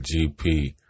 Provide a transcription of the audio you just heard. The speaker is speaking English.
GP